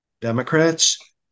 Democrats